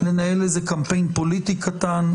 לנהל קמפיין פוליטי קטן.